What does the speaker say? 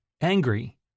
angry